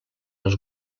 els